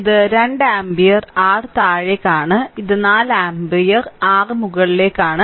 ഇത് 2 ampere r താഴേക്ക് ആണ് ഇത് 4 ആമ്പിയർ r മുകളിലേക്കാണ്